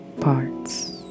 parts